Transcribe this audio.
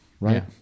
right